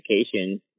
education